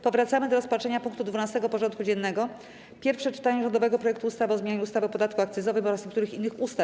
Powracamy do rozpatrzenia punktu 12. porządku dziennego: Pierwsze czytanie rządowego projektu ustawy o zmianie ustawy o podatku akcyzowym oraz niektórych innych ustaw.